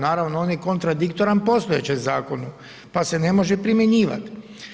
Naravno on je kontradiktoran postojećem zakonu pa se ne može primjenjivati.